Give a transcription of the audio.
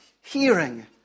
Hearing